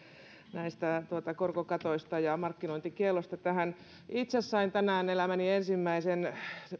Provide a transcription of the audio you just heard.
näistä korkokatoista ja markkinointikiellosta itse sain tänään elämäni ensimmäisen